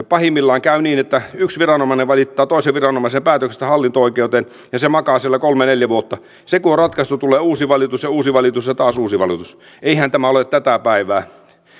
pahimmillaan käy niin että yksi viranomainen valittaa toisen viranomaisen päätöksestä hallinto oikeuteen ja se makaa siellä kolme neljä vuotta se kun on ratkaistu tulee uusi valitus ja uusi valitus ja taas uusi valitus eihän tämä ole tätä päivää kun